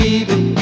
Baby